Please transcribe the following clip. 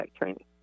training